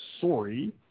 sorry